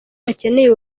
bakeneye